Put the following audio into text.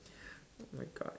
oh my god